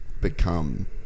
become